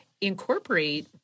incorporate